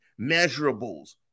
measurables